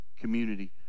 community